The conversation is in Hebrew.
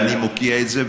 ואני מוקיע את זה,